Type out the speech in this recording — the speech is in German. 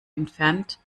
entfernt